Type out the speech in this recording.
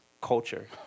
culture